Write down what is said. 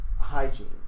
hygiene